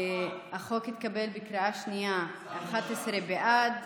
החוק התקבל בקריאה שנייה: 11 בעד,